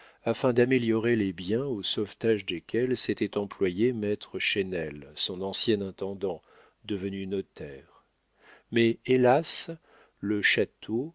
afin d'améliorer les biens au sauvetage desquels s'était employé maître chesnel son ancien intendant devenu notaire mais hélas le château